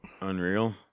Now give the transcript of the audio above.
unreal